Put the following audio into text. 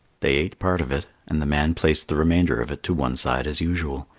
they ate part of it, and the man placed the remainder of it to one side as usual.